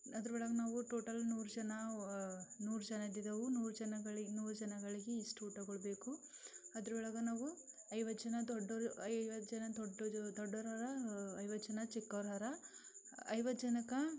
ಅದರೊಳಗೆ ನಾವು ಟೋಟಲ್ ನೂರು ಜನ ನೂರು ಜನ ಇದ್ದಿದ್ದೇವೆ ನೂರು ಜನಗಳಿಗೆ ನೂರು ಜನಗಳಿಗೆ ಇಷ್ಟು ಊಟಗಳು ಬೇಕು ಅದರೊಳಗೆ ನಾವು ಐವತ್ತು ಜನ ದೊಡ್ಡೋರು ಐವತ್ತು ಜನ ದೊಡ್ಡದು ದೊಡ್ಡೋರು ಹರ ಐವತ್ತು ಜನ ಚಿಕ್ಕೋರು ಹರ ಐವತ್ತು ಜನಕ್ಕೆ